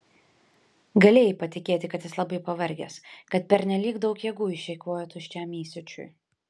galėjai patikėti kad jis labai pavargęs kad pernelyg daug jėgų išeikvojo tuščiam įsiūčiui